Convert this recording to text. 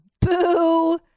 boo